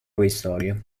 preistoria